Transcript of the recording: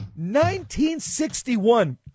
1961